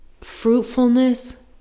fruitfulness